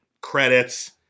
Credits